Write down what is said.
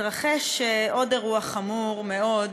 התרחש עוד אירוע חמור מאוד,